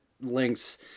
links